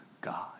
God